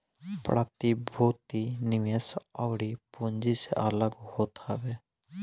प्रतिभूति निवेश अउरी पूँजी से अलग होत हवे